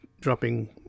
dropping